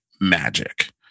magic